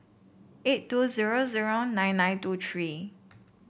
eight two zero zero nine nine two three